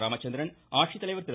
ராமச்சந்திரன் ஆட்சித்தலைவர் திரு